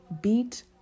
beat